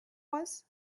was